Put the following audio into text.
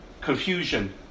confusion